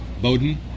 Bowden